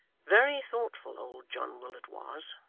very thoughtful old john willet was,